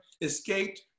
escaped